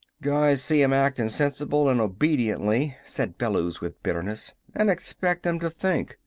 guys see em acting sensible and obediently, said bellews with bitterness, and expect em to think.